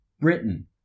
Britain